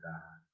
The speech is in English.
God